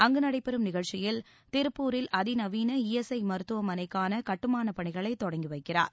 அங்கு நடைபெறும் நிகழ்ச்சியில் திருப்பூரில் அதிநவீன ஈஎஸ்ஐ மருத்துவமனைக்கான கட்டுமானப் பணிகளை தொடங்கி வைக்கிறார்